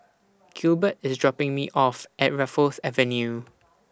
Gilbert IS dropping Me off At Raffles Avenue